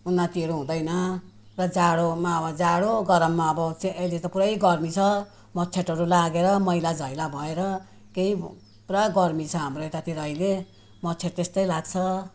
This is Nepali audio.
उन्नतिहरू हुँदैन र जाडोमा अब जाडो गरममा अब चाहिँ अहिले त पुरै गर्मी छ मच्छरहरू लागेर मैलाधैला भएर केही पुरा गर्मी छ हाम्रो यतातिर अहिले मच्छर त्यस्तै लाग्छ